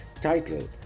Title